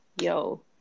yo